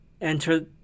enter